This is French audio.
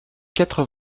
quatre